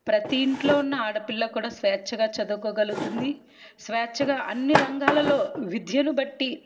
ప్రతీ ఇంట్లో ఉన్న ఆడపిల్ల కూడా స్వేచ్ఛగా చదువుకోగలుగుతుంది స్వేచ్ఛగా అన్నీ రంగాలలో విద్యను బట్టి